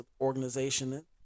organization